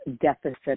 deficit